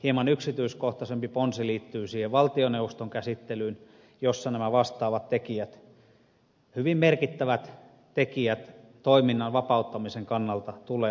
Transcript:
hieman yksityiskohtaisempi ponsi liittyy siihen valtioneuvoston käsittelyyn jossa nämä vastaavat tekijät hyvin merkittävät tekijät toiminnan vapauttamisen kannalta tulee ottaa huomioon